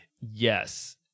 Yes